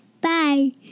Bye